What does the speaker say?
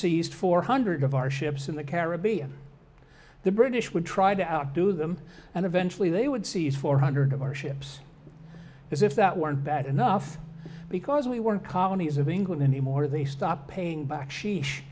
seized four hundred of our ships in the caribbean the british would try to outdo them and eventually they would seize four hundred of our ships as if that weren't bad enough because we weren't colonies of england anymore they stopped paying back sheesh